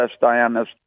Diana's